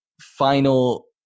final